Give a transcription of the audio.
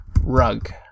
Rug